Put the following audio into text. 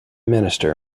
minister